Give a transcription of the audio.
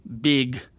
big